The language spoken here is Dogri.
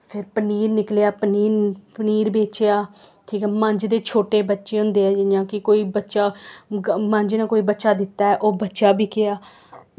फिर पनीर निकलेआ पनीर पनीर बेचेआ ठीक ऐ मंज दे छोटे बच्चे होंदे ऐ जियां कोई बच्चा जियां मंज ने कोई बच्चा दित्ता ओह् बच्चा बिकेआ